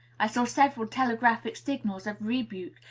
i saw several telegraphic signals of rebuke,